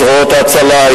זרועות ההצלה,